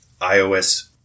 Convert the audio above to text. iOS